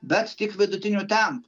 bet tik vidutiniu tempu